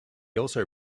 also